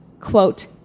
quote